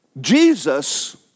Jesus